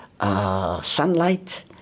sunlight